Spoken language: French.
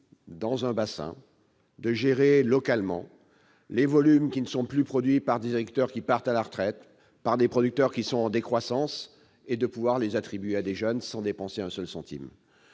d'un bassin, localement, les volumes qui ne sont plus produits par les agriculteurs qui partent à la retraite et par les producteurs qui sont en décroissance, en les attribuant à des jeunes sans dépenser un seul centime.